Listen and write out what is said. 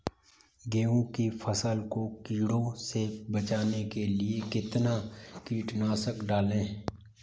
गेहूँ की फसल को कीड़ों से बचाने के लिए कितना कीटनाशक डालें?